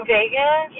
Vegas